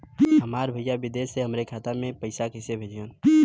हमार भईया विदेश से हमारे खाता में पैसा कैसे भेजिह्न्न?